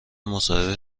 مصاحبه